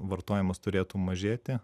vartojimas turėtų mažėti